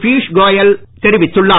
ப்யூஷ் கோயல் தெரிவித்துள்ளார்